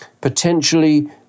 potentially